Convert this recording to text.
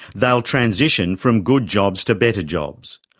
they'll transition from good jobs to better jobs.